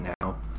now